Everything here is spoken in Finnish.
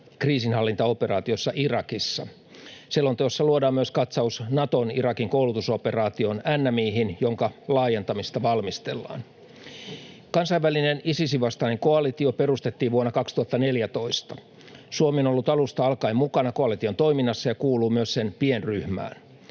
-kriisinhallintaoperaatiossa Irakissa. Selonteossa luodaan myös katsaus Naton Irakin-koulutusoperaatioon NMI:hin, jonka laajentamista valmistellaan. Kansainvälinen Isisin vastainen koalitio perustettiin vuonna 2014. Suomi on ollut alusta alkaen mukana koalition toiminnassa ja kuuluu myös sen pienryhmään.